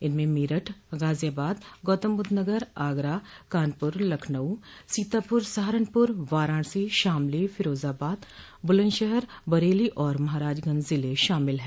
इसमें मेरठ गाजियाबाद गौतमबुद्ध नगर आगरा कानपुर लखनऊ सीतापुर सहारनपुर वाराणसी शामली फिरोजाबाद बुलंदशहर बरेली और महाराजगंज जिले शामिल हैं